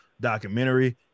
documentary